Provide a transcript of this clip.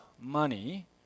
money